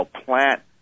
plant